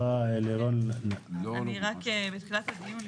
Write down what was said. רק בתחילת הדיון,